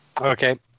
okay